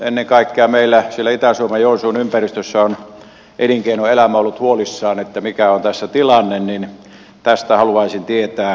ennen kaikkea meillä siellä itä suomen joensuun ympäristössä on elinkeinoelämä ollut huolissaan että mikä on tässä tilanne niin tästä haluaisin tietää